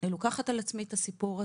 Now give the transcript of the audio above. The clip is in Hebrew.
אני לוקחת על עצמי את הסיפור הזה,